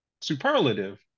superlative